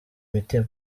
mitima